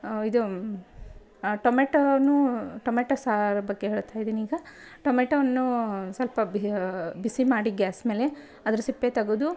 ಇದು ಟೊಮೆಟೋನೂ ಟೊಮೆಟ ಸಾರು ಬಗ್ಗೆ ಹೇಳ್ತಾ ಇದೀನಿ ಈಗ ಟೊಮೆಟವನ್ನೂ ಸ್ವಲ್ಪ ಬಿಸಿ ಮಾಡಿ ಗ್ಯಾಸ್ ಮೇಲೆ ಅದ್ರ ಸಿಪ್ಪೆ ತೆಗ್ದು